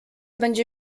będzie